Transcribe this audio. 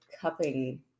cupping